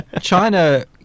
China